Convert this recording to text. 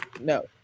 no